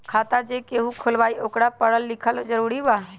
खाता जे केहु खुलवाई ओकरा परल लिखल जरूरी वा?